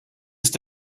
ist